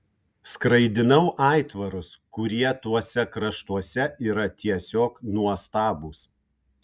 skraidinau aitvarus kurie tuose kraštuose yra tiesiog nuostabūs